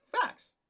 Facts